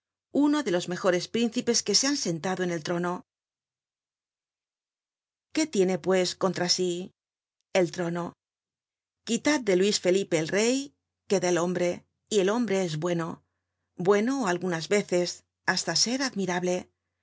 uno de los mejores príncipes que se han sentado en el trono qué tiene pues contra sí el trono quitad de luis felipe el rey queda el hombre y el hombre es bueno bueno algunas veces hasta ser admirable